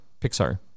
pixar